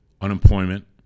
Unemployment